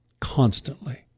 constantly